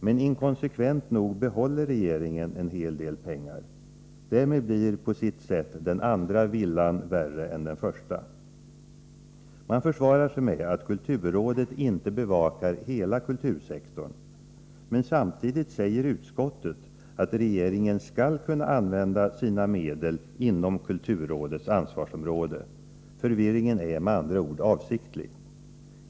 Men inkonsekvent nog behåller regeringen en hel del pengar. Därmed blir på sitt sätt den andra villan värre än den första. Man försvarar sig med att kulturrådet inte bevakar hela kultursektorn. Men samtidigt säger utskottet att regeringen skall kunna använda sina medel inom kulturrådets ansvarsområde. Förvirringen är med andra ord avsiktlig.